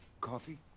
Coffee